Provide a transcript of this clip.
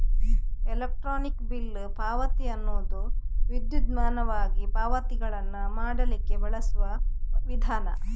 electronic bill ಪಾವತಿ ಅನ್ನುದು ವಿದ್ಯುನ್ಮಾನವಾಗಿ ಪಾವತಿಗಳನ್ನ ಮಾಡ್ಲಿಕ್ಕೆ ಬಳಸುವ ವಿಧಾನ